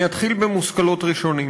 אני אתחיל במושכלות ראשונים: